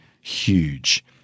huge